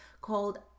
called